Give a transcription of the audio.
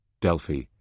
Delphi